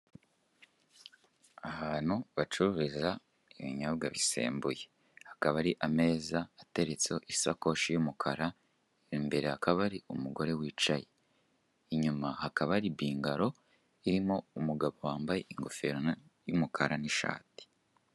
Ahantu bacururiza ibinyobwa bisembuye, hakaba hari ameza ateretseho isakoshi y'umukara, imbere hakaba hari umugore wicaye; inyuma hakaba hari bingaro, irimo umugabo wambaye ingofero y'umukara n'ishati.